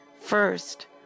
first